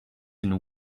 and